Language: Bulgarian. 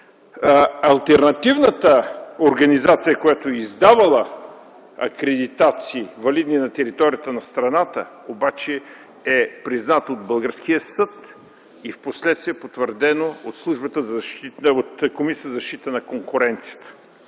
Алтернативната организация, която е издавала акредитации, валидни на територията на страната, обаче е призната от българския съд и впоследствие e потвърдено от Комисията за защита на конкуренцията.